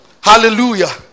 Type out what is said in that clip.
Hallelujah